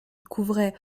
couvraient